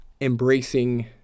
embracing